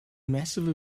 massive